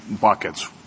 buckets